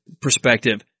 perspective